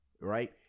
Right